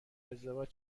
ازدواج